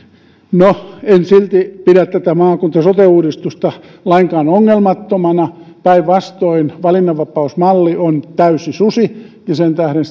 en silti pidä tätä maakunta sote uudistusta lainkaan ongelmattomana päinvastoin valinnanvapausmalli on täysi susi ja sen tähden